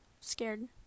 scared